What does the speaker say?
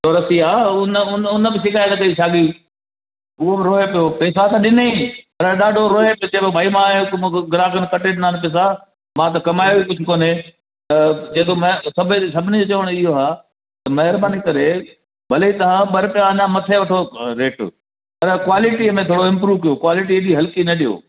सुरतिया उन उन उन बि शिकायति कयी साॻी उहो बि रोए पियो पैसा त ॾिनई पर ॾाढो रोए पियो चए पियो भई मां मूंखे ग्राहक कटे ॾिना आहिनि पैसा मां त कमायो कुझु कोने त चए थो मैं सभिनी जो चवणु इहो आहे महिरबानी करे भले तव्हां रुपया अञा मथे वठो रेट पर क्वालिटी में थोरो इम्प्रूव ॾियो क्वालिटी एॾी हल्की न ॾियो